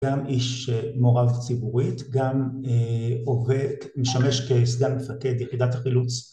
גם איש מעורב ציבורית, גם עובד, משמש כסגן מפקד יחידת החילוץ